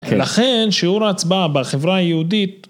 ולכן שיעור ההצבעה בחברה היהודית